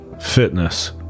fitness